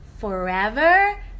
forever